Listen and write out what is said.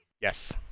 Yes